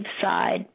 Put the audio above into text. side